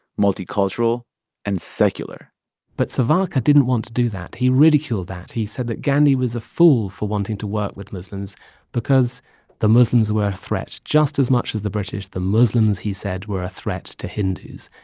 multicultural and secular but savarkar didn't want to do that. he ridiculed that. he said that gandhi was a fool for wanting to work with muslims because the muslims were a threat. just as much as the british, the muslims, he said, were a threat to hindus.